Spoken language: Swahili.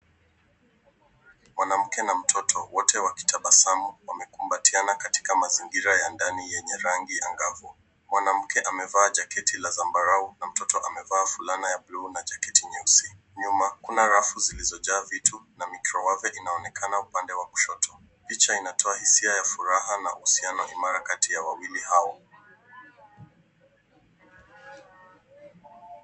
Mwanamke na mtoto waote wakitabasamu wamekumbatiana katika mazingira ya ndani yenye rangi angavu. Mwanamke amevaa jaketi la zambarau na mtoto amevaa fulana ya blue na jaketi nyeusi. Nyuma kuna rafu zilizojaa vitu na michowazo inaonekana upande wa kushoto. Picha inatoa hisia ya furaha na husiano imara kati ya wawili hao.